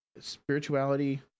spirituality